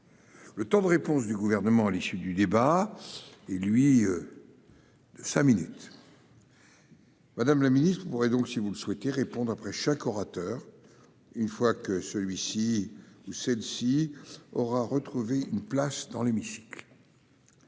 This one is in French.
Le temps de réponse du Gouvernement à l'issue du débat est limité à cinq minutes. Madame la secrétaire d'État, vous pourrez donc, si vous le souhaitez, répondre après chaque orateur, une fois que celui-ci aura regagné sa place dans l'hémicycle.